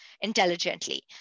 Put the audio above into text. intelligently